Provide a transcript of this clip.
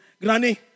Granny